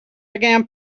began